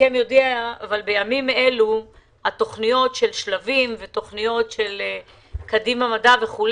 בימים אלו התכניות של שלבים ותכניות של קדימה מדע ועוד,